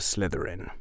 Slytherin